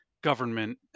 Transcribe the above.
government